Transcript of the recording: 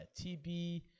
TB